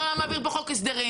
לא היה מעביר פה חוק ההסדרים,